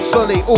Sully